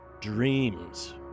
Dreams